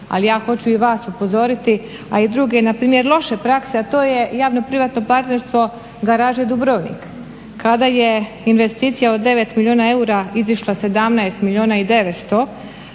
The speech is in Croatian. Ali ja hoću i vas upozoriti a i druge na npr. loše prakse, a to je javno-privatno partnerstvo garaže Dubrovnik kada je investicija od 9 milijuna eura izišla 17 milijuna i 900